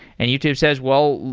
and youtube says, well,